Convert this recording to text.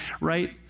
right